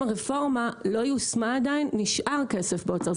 אם הרפורמה לא יושמה עדיין נשאר כסף במשרד האוצר.